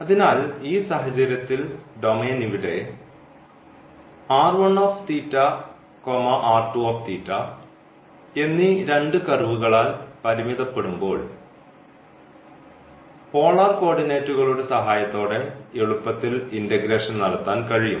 അതിനാൽ ഈ സാഹചര്യത്തിൽ ഡൊമെയ്ൻ ഇവിടെ എന്നീ രണ്ട് കർവുകളാൽ പരിമിതപ്പെടുമ്പോൾ പോളാർ കോർഡിനേറ്റുകളുടെ സഹായത്തോടെ എളുപ്പത്തിൽ ഇന്റഗ്രേഷൻ നടത്താൻ കഴിയും